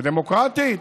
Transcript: ודמוקרטית.